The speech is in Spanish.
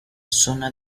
zona